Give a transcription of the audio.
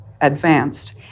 advanced